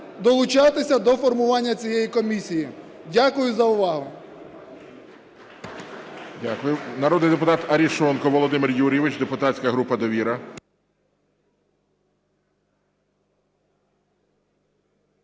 долучатися до формування цієї комісії. Дякую за увагу.